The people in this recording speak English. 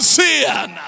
sin